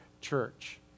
church